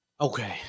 Okay